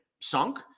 sunk